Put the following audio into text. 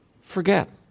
forget